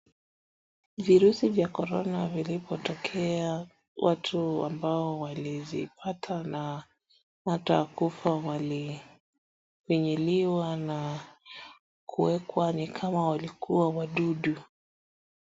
Virusi vya korona vilipotokea, watu ambao walizipaata na baada ya kufa walifinyiliwa na kuwekwa ni kama walikua na wadudu.